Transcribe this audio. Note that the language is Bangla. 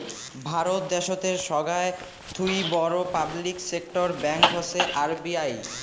ভারত দ্যাশোতের সোগায় থুই বড় পাবলিক সেক্টর ব্যাঙ্ক হসে আর.বি.এই